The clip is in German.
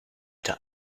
der